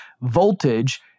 voltage